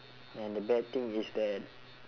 and the bad thing is that